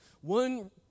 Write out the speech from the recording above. one